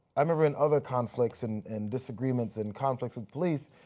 i remember in other conflicts and and disagreements and conflicts with police,